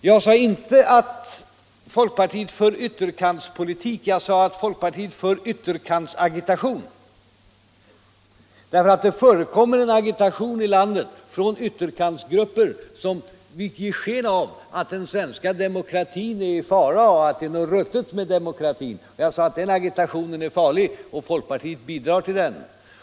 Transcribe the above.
Jag sade inte att folkpartiet för ytterkantspolitik. Jag sade att folkpartiet för ytterkantsagitation. Det förekommer nämligen här i landet en agitation från ytterkantsgrupper, som vill ge sken av att den svenska demokratin är i fara och att det är något ruttet med demokratin. Jag sade att den agitationen är farlig och att folkpartiet bidrar till den.